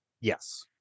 Yes